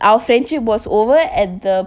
I'll fetch your boss over and the